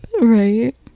right